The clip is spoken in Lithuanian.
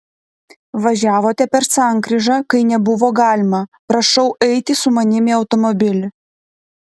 važiavote per sankryžą kai nebuvo galima prašau eiti su manimi į automobilį